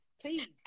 please